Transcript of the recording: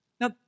Now